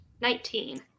Nineteen